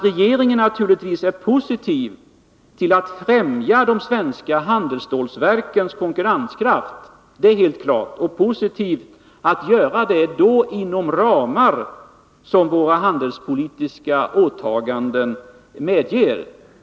Regeringen är naturligtvis positiv till att ffträmja de svenska handelsstålverkens konkurrenskraft inom de ramar som våra handelspolitiska åtaganden medger.